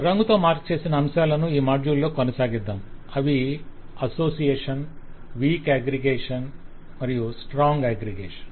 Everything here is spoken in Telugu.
రంగుతో మార్క్ చేసిన అంశాలను ఈ మాడ్యూల్ లో కొనసాగిద్దాం అవి అసోసియేషన్ వీక్ అగ్రిగేషన్ మరియు స్ట్రాంగ్ అగ్రిగేషన్